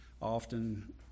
often